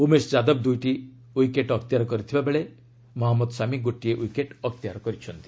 ଉମେଶ୍ ଯାଦବ ଦୁଇଟି ଅକ୍ତିଆର କରିଥିବା ବେଳେ ମହମ୍ମଦ ଶାମି ଗୋଟିଏ ୱିକେଟ୍ ଅକ୍ତିଆର କରିଛନ୍ତି